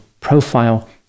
Profile